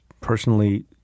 personally